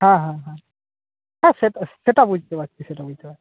হ্যাঁ হ্যাঁ হ্যাঁ হ্যাঁ সেটা বুঝতে পারছি সেটা বুঝতে পারছি